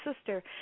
sister